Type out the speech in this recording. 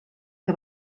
que